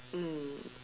mm